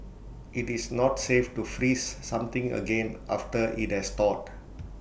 IT is not safe to freeze something again after IT has thawed